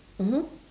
mmhmm